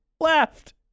left